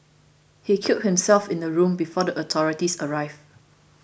he killed himself in the room before the authorities arrived